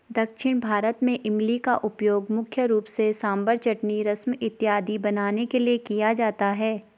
दक्षिण भारत में इमली का उपयोग मुख्य रूप से सांभर चटनी रसम इत्यादि बनाने के लिए किया जाता है